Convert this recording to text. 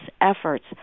efforts